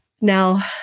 Now